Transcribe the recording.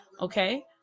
okay